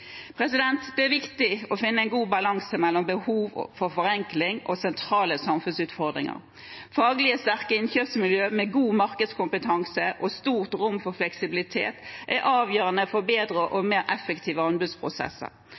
Det er viktig å finne en god balanse mellom behov for forenkling og sentrale samfunnsutfordringer. Faglig sterke innkjøpsmiljøer med god markedskompetanse og stort rom for fleksibilitet er avgjørende for bedre og mer effektive anbudsprosesser.